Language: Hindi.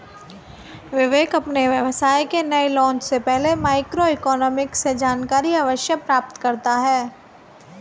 विवेक अपने व्यवसाय के नए लॉन्च से पहले माइक्रो इकोनॉमिक्स से जानकारी अवश्य प्राप्त करता है